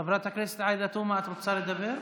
חברת הכנסת עאידה תומא, את רוצה לדבר?